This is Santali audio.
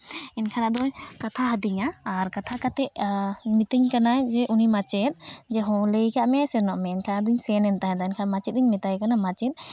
ᱮᱱᱠᱷᱟᱱ ᱟᱫᱚᱭ ᱠᱟᱛᱷᱟ ᱟᱹᱫᱤᱧᱟ ᱟᱨ ᱠᱟᱛᱷᱟ ᱠᱟᱛᱮᱫ ᱢᱤᱛᱟᱹᱧ ᱠᱟᱱᱟᱭ ᱡᱮ ᱩᱱᱤ ᱢᱟᱪᱮᱫ ᱦᱮᱸ ᱞᱟᱹᱭ ᱟᱠᱟᱫ ᱢᱮᱭᱟᱭ ᱥᱮᱱᱚᱜ ᱢᱮ ᱟᱫᱚᱧ ᱥᱮᱱ ᱮᱱᱟ ᱛᱟᱦᱚᱞᱮ ᱟᱫᱚ ᱢᱟᱪᱮᱫ ᱤᱧ ᱢᱮᱛᱟᱭ ᱠᱟᱱᱟ ᱢᱟᱪᱮᱫ